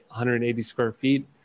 180-square-feet